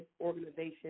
organization